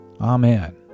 Amen